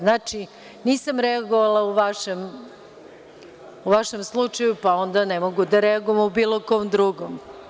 Znači, nisam reagovala u vašem slučaju, pa onda ne mogu da reagujem u bilo kom drugom.